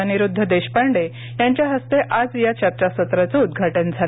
अनिरुद्ध देशपांडे यांच्या हस्ते आज चर्चासत्राचं उद्घाटन झालं